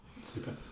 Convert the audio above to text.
Super